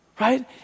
right